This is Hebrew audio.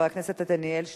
חבר הכנסת עתניאל שנלר.